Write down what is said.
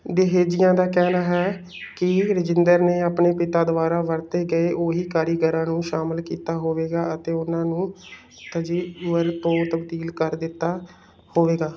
ਦੇਹੇਜੀਆਂ ਦਾ ਕਹਿਣਾ ਹੈ ਕਿ ਰਾਜੇਂਦਰ ਨੇ ਆਪਣੇ ਪਿਤਾ ਦੁਆਰਾ ਵਰਤੇ ਗਏ ਉਹੀ ਕਾਰੀਗਰਾਂ ਨੂੰ ਸ਼ਾਮਲ ਕੀਤਾ ਹੋਵੇਗਾ ਅਤੇ ਉਨ੍ਹਾਂ ਨੂੰ ਤੰਜੀਵੁਰ ਤੋਂ ਤਬਦੀਲ ਕਰ ਦਿੱਤਾ ਹੋਵੇਗਾ